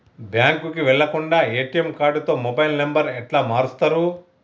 బ్యాంకుకి వెళ్లకుండా ఎ.టి.ఎమ్ కార్డుతో మొబైల్ నంబర్ ఎట్ల మారుస్తరు?